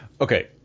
Okay